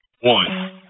One